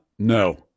No